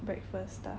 breakfast stuff